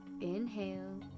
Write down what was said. inhale